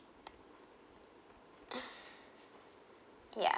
ya